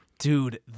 Dude